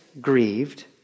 grieved